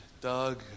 Doug